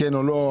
כן או לא,